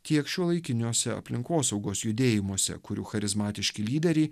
tiek šiuolaikiniuose aplinkosaugos judėjimuose kurių charizmatiški lyderiai